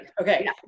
Okay